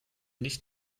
nicht